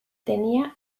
tenía